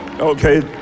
Okay